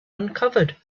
uncovered